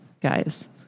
Guys